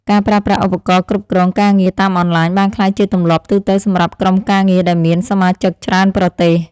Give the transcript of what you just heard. ការប្រើប្រាស់ឧបករណ៍គ្រប់គ្រងការងារតាមអនឡាញបានក្លាយជាទម្លាប់ទូទៅសម្រាប់ក្រុមការងារដែលមានសមាជិកច្រើនប្រទេស។